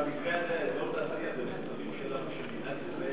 במקרה הזה אזור תעשייה זה מחצבים של מדינת ישראל,